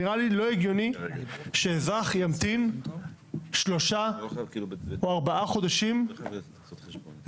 נראה לי לא הגיוני שאזרח ימתין שלושה או ארבעה חודשים לתור